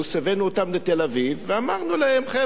הבאנו אותם לתל-אביב ואמרנו להם: חבר'ה,